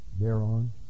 thereon